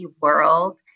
world